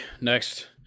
Next